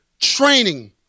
training